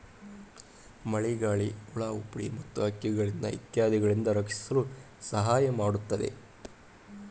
ಮಳಿಗಾಳಿ, ಹುಳಾಹುಪ್ಡಿ ಮತ್ತ ಹಕ್ಕಿಗಳಿಂದ ಇತ್ಯಾದಿಗಳಿಂದ ರಕ್ಷಿಸಲು ಸಹಾಯ ಮಾಡುತ್ತದೆ